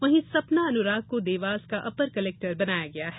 वहीं सपना अनुराग को र्देवास का अपर कलेक्टर बनाया गया है